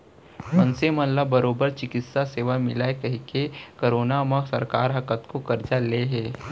मनसे मन ला बरोबर चिकित्सा सेवा मिलय कहिके करोना म सरकार ह कतको करजा ले हे